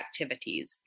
activities